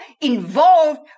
involved